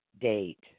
date